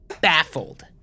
baffled